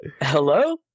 Hello